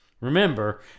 remember